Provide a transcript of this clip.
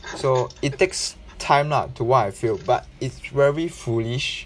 so it takes time lah to why I feel but it's very foolish